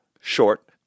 short